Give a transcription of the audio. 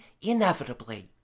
inevitably